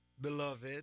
beloved